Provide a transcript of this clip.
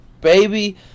baby